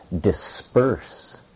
disperse